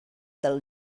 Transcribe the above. del